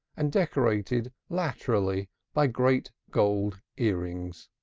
and decorated laterally by great gold earrings.